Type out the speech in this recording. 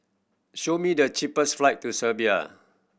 show me the cheapest flight to Serbia